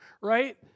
right